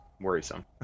worrisome